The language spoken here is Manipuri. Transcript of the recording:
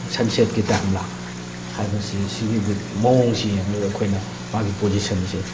ꯁꯟꯁꯦꯠꯀꯤ ꯇꯥꯏꯝꯂꯥ ꯍꯥꯏꯕꯁꯤ ꯁꯤꯒꯤ ꯃꯑꯣꯡꯁꯤ ꯌꯦꯡꯉꯒ ꯑꯩꯈꯣꯏꯅ ꯃꯥꯒꯤ ꯄꯣꯖꯤꯁꯟꯁꯦ